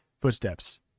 Footsteps